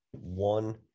one